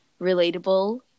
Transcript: relatable